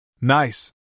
Nice